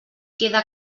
queda